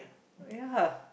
ya